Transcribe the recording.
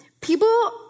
People